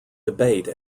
debate